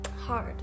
hard